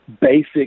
basic